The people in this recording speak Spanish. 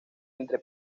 entre